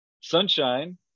Sunshine